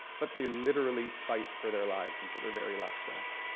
but they literally fight for their lives until their very last breath.